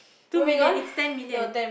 two million it's ten million